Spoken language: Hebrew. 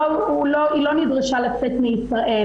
היא לא נדרשה לצאת מישראל,